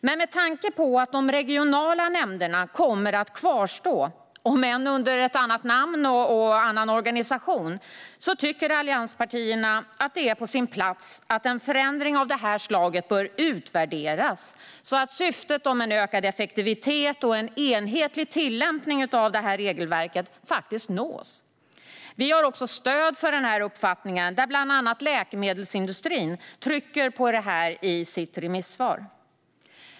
Men med tanke på att de regionala nämnderna kommer att kvarstå, om än under ett annat namn och i en annan organisation, tycker allianspartierna att det är på sin plats att en förändring av det här slaget utvärderas så att syftet om ökad effektivitet och enhetlig tillämpning av regelverket nås. Vi har stöd för denna uppfattning; bland andra läkemedelsindustrin trycker på detta i sitt remissvar.